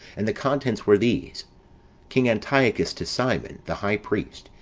and the contents were these king antiochus to simon, the high priest,